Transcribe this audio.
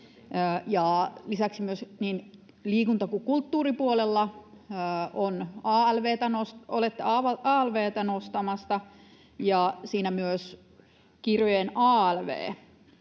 Lisäksi myös niin liikunta- kuin kulttuuripuolella olette alv:tä nostamassa, ja siinä myös kirjojen alv